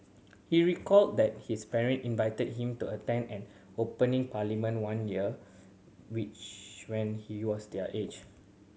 he recalled that his parent invited him to attend an opening Parliament one year which when he was their age